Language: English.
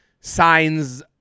signs